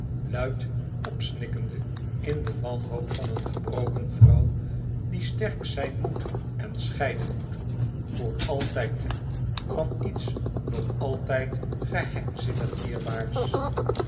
luid opsnikkende in de wanhoop van een gebroken vrouw die sterk zijn moet en scheiden moet voor altijd nu van iets nog altijd geheimzinnig dierbaars